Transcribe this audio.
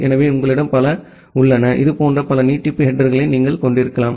எனவே உங்களிடம் பல உள்ளன இதுபோன்ற பல நீட்டிப்பு ஹெடேர்களை நீங்கள் கொண்டிருக்கலாம்